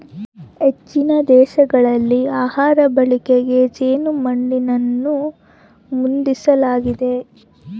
ಹೆಚ್ಚಿನ ದೇಶಗಳಲ್ಲಿ ಆಹಾರ ಬಳಕೆಗೆ ಜೇನುಮೇಣನ ಅನುಮೋದಿಸಲಾಗಿದೆ